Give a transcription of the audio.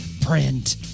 print